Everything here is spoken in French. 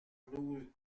nous